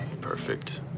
perfect